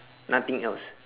nothing else